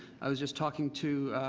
i was just talking to